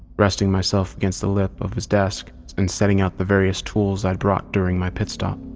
resting myself against the lip of his desk and setting out the various tools i'd bought during my pitstop.